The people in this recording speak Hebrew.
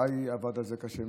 איתי עבד על זה קשה מאוד,